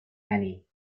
annie